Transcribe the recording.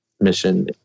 mission